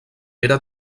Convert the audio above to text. era